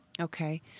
Okay